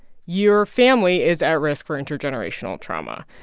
your family is at risk for intergenerational trauma.